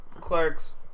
Clark's